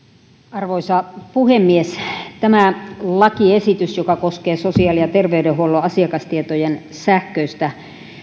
arvoisa puhemies tämä lakiesitys joka koskee sosiaali ja terveydenhuollon asiakastietojen sähköistä